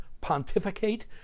pontificate